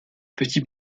petits